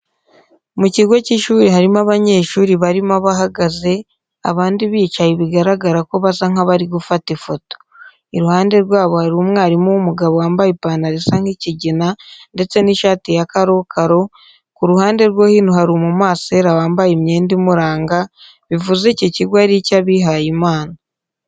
Mu kigo cy'ishuri harimo abanyeshuri barimo abahagaze, abandi bicaye bigaragara ko basa nk'abari gufata ifoto. Iruhande rwabo hari umwarimu w'umugabo wambaye ipantaro isa nk'ikigina ndetse n'ishati ya karokaro, ku ruhande rwo hino hari umumasera wambaye imyenda imuranga, bivuze iki kigo ari icy'abihaye Imana.